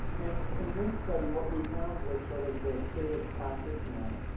and in this study, what we found was sort of the state of practice now.